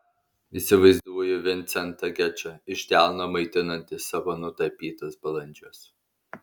įsivaizduoju vincentą gečą iš delno maitinantį savo nutapytus balandžius